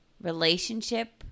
relationship